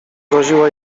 groziło